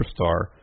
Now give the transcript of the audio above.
Superstar